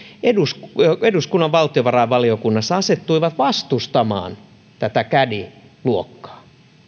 eduskunnan eduskunnan valtiovarainvaliokunnassa asettuivat vastustamaan tätä caddy luokkaa